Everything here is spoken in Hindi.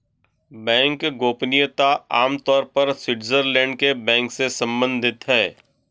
बैंक गोपनीयता आम तौर पर स्विटज़रलैंड के बैंक से सम्बंधित है